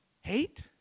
Hate